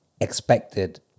expected